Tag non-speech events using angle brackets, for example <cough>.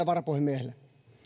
<unintelligible> varapuhemiehelle